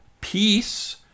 peace